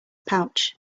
pouch